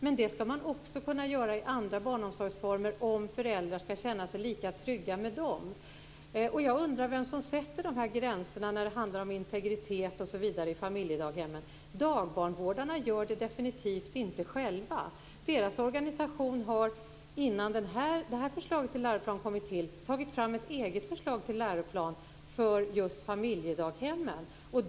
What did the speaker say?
Men det skall också vara möjligt i andra barnomsorgsformer, om föräldrar skall kunna känna sig lika trygga med dem. Jag undrar vem som sätter gränserna när det handlar t.ex. om integritet i familjedaghemmen. Dagbarnvårdarna gör det definitivt inte själva. Deras organisation har innan det här förslaget till läroplan kom till tagit fram ett eget förslag till läroplan för just familjedaghemmen.